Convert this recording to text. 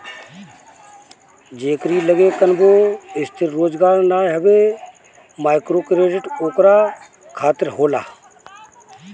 जेकरी लगे कवनो स्थिर रोजगार नाइ हवे माइक्रोक्रेडिट ओकरा खातिर होला